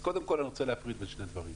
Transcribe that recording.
אז קודם כול אני רוצה להפריד בין שני דברים.